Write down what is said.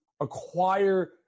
acquire